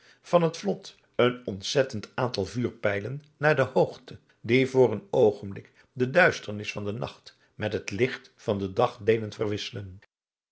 van het vlot een ontzettend aantal vuurpijlen naar de hoogte die voor een oogenbijk de duisternis van den nacht met het licht van den dag deden verwisselen